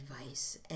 advice